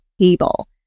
table